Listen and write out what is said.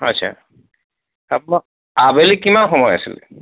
আচ্ছা আপোনাক আবেলি কিমান সময় আছিলে